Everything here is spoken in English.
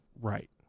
right